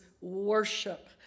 worship